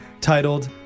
titled